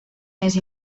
més